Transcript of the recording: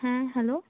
হ্যাঁ হ্যালো